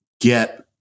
get